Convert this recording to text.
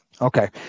Okay